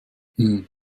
hmm